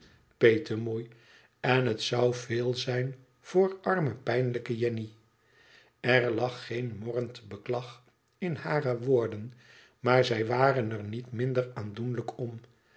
petemoei en het zou veel zijn voor arme pijnlijke jenny er lag geen morrend beklag in hare woorden maar zij waren er niet minder aandoenlijk om